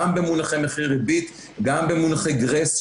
במונחי מחיר ריבית גם במונחי גרייס,